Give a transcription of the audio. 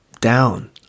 down